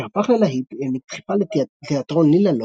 השיר הפך ללהיט, העניק דחיפה לתיאטרון לי-לה-לו,